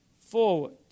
forward